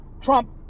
Trump